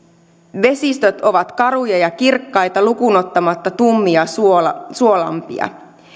vesistöt ovat karuja ja kirkkaita lukuun ottamatta tummia suolampia suolampia